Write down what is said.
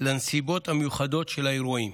לנסיבות המיוחדות של האירועים.